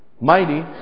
mighty